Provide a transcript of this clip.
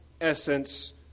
essence